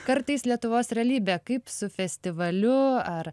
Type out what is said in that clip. kartais lietuvos realybė kaip su festivaliu ar